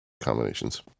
combinations